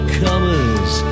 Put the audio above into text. comers